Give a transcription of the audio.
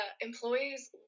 employees